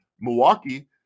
Milwaukee